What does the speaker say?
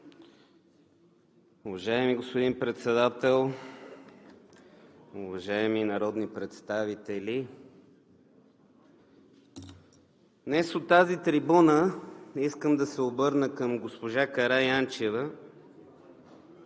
Уважаеми господин Председател, уважаеми народни представители! Днес от тази трибуна искам да се обърна към госпожа Караянчева